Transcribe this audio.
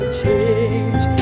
change